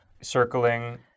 circling